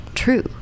True